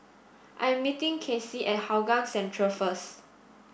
I meeting Cassie at Hougang Central first